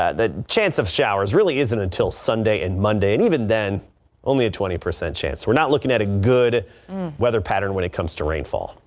ah the chance of showers really isn't until sunday and monday and even then only a twenty percent chance we're not looking at a gooday weather pattern when it comes to rainfall.